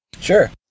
Sure